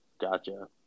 Gotcha